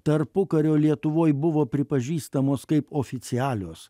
tarpukario lietuvoj buvo pripažįstamos kaip oficialios